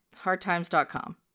Hardtimes.com